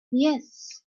yes